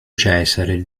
cesare